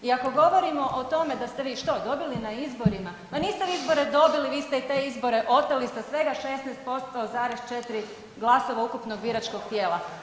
I ako govorimo o tome da ste vi što, dobili na izborima, ma niste vi izbore dobili vi ste te izbore oteli sa svega 16% zarez 4 glasova ukupnog biračkog tijela.